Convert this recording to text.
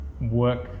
work